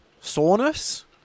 soreness